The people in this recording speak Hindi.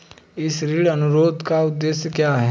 इस ऋण अनुरोध का उद्देश्य क्या है?